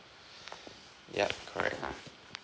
yup correct